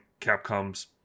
capcom's